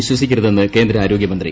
വിശ്വസിക്കരുതെന്ന് കേന്ദ്ര ആരോഗ്യമന്ത്രി